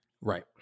Right